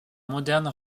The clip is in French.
moderne